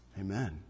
Amen